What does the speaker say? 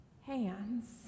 hands